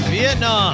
Vietnam